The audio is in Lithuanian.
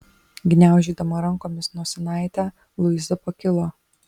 gniaužydama rankomis nosinaitę luiza pakilo